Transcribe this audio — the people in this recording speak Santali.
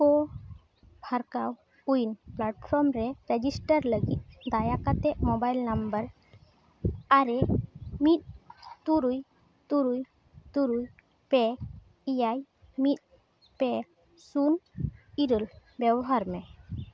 ᱠᱳ ᱯᱷᱟᱨᱠᱟ ᱩᱭᱤᱱ ᱯᱞᱟᱴᱯᱷᱚᱨᱢ ᱨᱮ ᱨᱮᱡᱤᱥᱴᱟᱨ ᱞᱟᱹᱜᱤᱫ ᱫᱟᱭᱟ ᱠᱟᱛᱮᱫ ᱢᱳᱵᱟᱭᱤᱞ ᱱᱟᱢᱵᱟᱨ ᱟᱨᱮ ᱢᱤᱫ ᱛᱩᱨᱩᱭ ᱛᱩᱨᱩᱭ ᱛᱩᱨᱩᱭ ᱯᱮ ᱮᱭᱟᱭ ᱢᱤᱫ ᱯᱮ ᱥᱩᱱ ᱤᱨᱟᱹᱞ ᱵᱮᱣᱦᱟᱨ ᱢᱮ